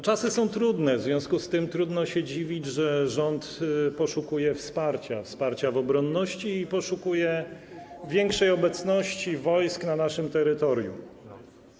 Czasy są trudne, w związku z tym trudno się dziwić, że rząd poszukuje wsparcia, wsparcia w obronności i poszukuje większej ilości wojsk na naszym terytorium.